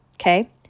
okay